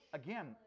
again